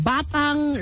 Batang